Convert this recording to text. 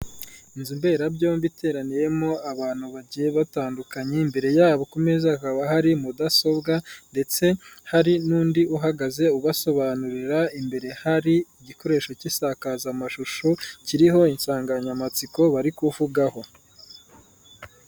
Inzu mberabyombi iteraniyemo abantu bagiye batandukanye, imbere yabo ku meza hakaba hari mudasobwa ndetse hari n'undi uhagaze ubasobanurira, imbere hari igikoresho cy'insakazamashusho, kiriho insanganyamatsiko bari kuvugaho.